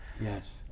Yes